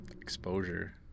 Exposure